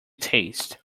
taste